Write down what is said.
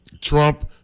Trump